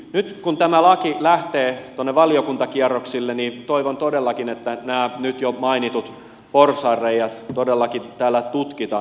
nyt kun tämä laki lähtee tuonne valiokuntakierroksille niin toivon todellakin että nämä nyt jo mainitut porsaanreiät todellakin täällä tutkitaan